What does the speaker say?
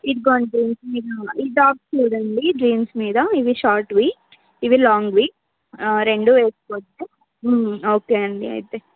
ఇదిగోండి ఈ టాప్ చూడండి జీన్స్ మీద ఇవి షార్ట్వి ఇవి లాంగ్వి రెండు వేసుకోవచ్చు ఓకే అండి అయితే